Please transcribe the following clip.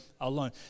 alone